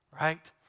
right